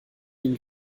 ihnen